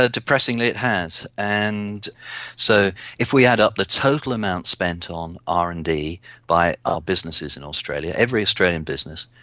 ah depressingly it has. and so if we add up the total amount spent on r and d by our businesses in australia, every australian business,